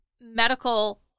medical